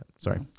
Sorry